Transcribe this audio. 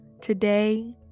today